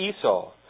Esau